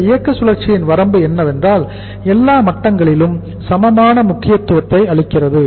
இந்த இயக்க சுழற்சியின் வரம்பு என்னவென்றால் எல்லா மட்டங்களிலும் சமமான முக்கியத்துவத்தை அளிக்கிறது